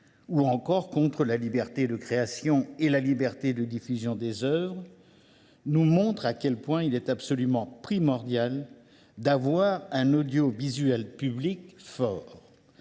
ou encore contre la liberté de création et de diffusion des œuvres, nous montre à quel point il est absolument primordial d’avoir un audiovisuel public fort.